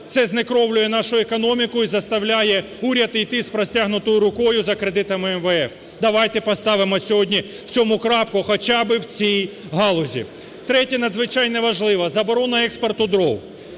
Це знекровлює нашу економіку і заставляє уряд іти з простягнутою рукою за кредитами МВФ. Давайте поставимо сьогодні в цьому крапку хоча би в цій галузі. Третє, надзвичайно важливе. Заборона експорту дров.